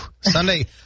Sunday